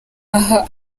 aha